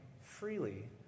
freely